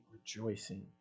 rejoicing